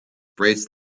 braced